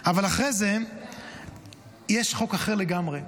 אבל אחרי זה יש חוק אחר לגמרי,